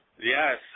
Yes